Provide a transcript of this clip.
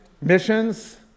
Missions